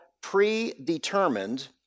predetermined